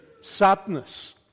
sadness